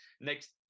Next